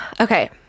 okay